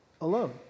alone